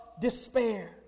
despair